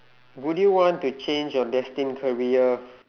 would you want to change your destined career